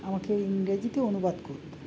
আমাকে ইংরেজিতে অনুবাদ করতে